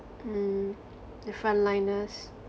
mm the frontliners